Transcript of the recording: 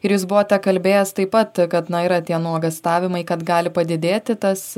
ir jūs buvote kalbėjęs taip pat kad na yra tie nuogąstavimai kad gali padidėti tas